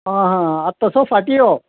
आं आं आत तसो फाटीं यो